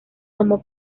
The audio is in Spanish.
tomó